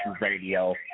Radio